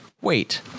Wait